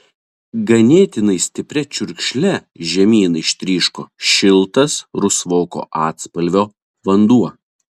ganėtinai stipria čiurkšle žemyn ištryško šiltas rusvoko atspalvio vanduo